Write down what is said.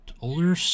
older